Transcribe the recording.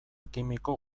kimiko